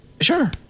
Sure